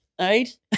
Right